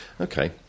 Okay